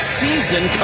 season